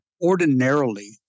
Ordinarily